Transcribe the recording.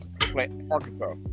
Arkansas